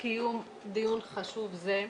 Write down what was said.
קיום דיון חשוב זה.